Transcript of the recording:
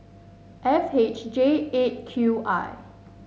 F H J Eight Q I